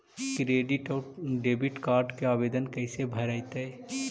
Credit और debit card के आवेदन कैसे भरैतैय?